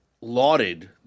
lauded –